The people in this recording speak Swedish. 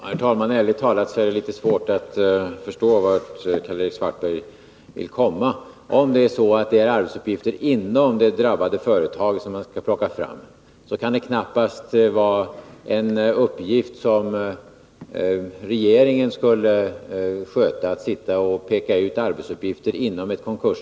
Herr talman! Ärligt talat är det litet svårt att förstå vart Karl-Erik Svartberg vill komma. Om han menar att det är arbetsuppgifter inom det drabbade företaget som man skall plocka fram, så vill jag säga att det knappast kan vara en uppgift för regeringen att peka ut sådana arbetsuppgifter.